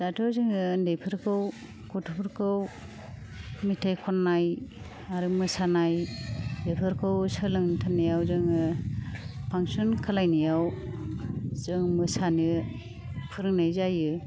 दाथ' जोङो उन्दैफोरखौ गथ'फोरखौ मेथाइ खन्नाय आरो मोसानाय बेफोरखौ सोलोंनो थोननायाव जोङो फांसन खालायनायाव जों मोसानो फोरोंनाय जायो